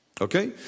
Okay